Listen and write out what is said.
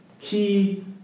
key